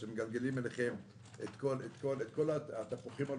שמגלגלים אליכם את כל התפוחים הלוהטים.